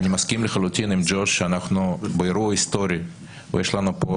אני מסכים לחלוטין עם ג'וש שאנחנו באירוע היסטורי ויש לנו פה